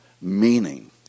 meaning